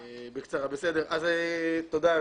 תודה, היושב-ראש,